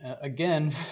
again